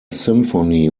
symphony